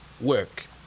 work